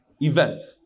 event